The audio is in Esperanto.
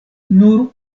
nur